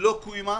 לא קוימה